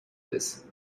this